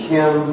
Kim